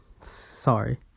sorry